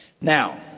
Now